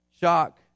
shock